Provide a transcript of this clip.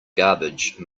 garbage